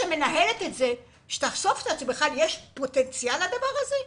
זו שמנהלת את זה צריכה לחשוב האם בכלל יש פוטנציאל לדבר הזה.